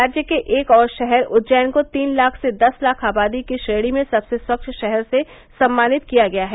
राज्य के एक और शहर उज्जैन को तीन लाख से दस लाख आबादी की श्रेणी में सबसे स्वच्छ शहर से सम्मानित किया गया है